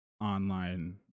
online